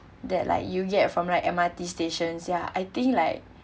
that like you get from like M_R_T station ya I think like